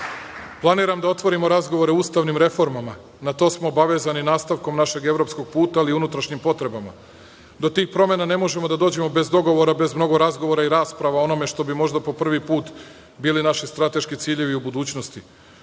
postoji. Planiram da otvorimo razgovore o ustavnim reformama. Na to smo obavezani nastavkom našeg evropskog puta, ali i unutrašnjim potrebama. Do tih promena ne možemo da dođemo bez dogovora, bez mnogo razgovora i rasprava o onome što bi možda po prvi put bili naši strateški ciljevi u budućnosti.